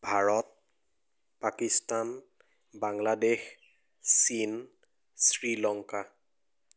ভাৰত পাকিস্তান বাংলাদেশ চীন শ্ৰীলংকা